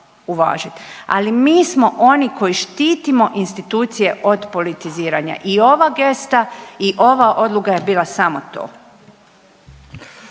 Ali, mi smo oni koji štitimo institucije od politiziranja i ova gesta i ova odluka je bila samo to.